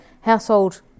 household